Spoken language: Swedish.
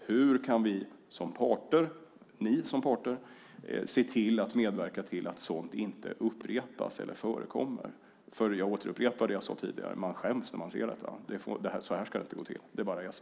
Hur kan ni som parter se till att medverka till att sådant inte upprepas eller förekommer? Jag upprepar det jag sade tidigare, man skäms när man ser detta. Så här ska det inte gå till. Det bara är så.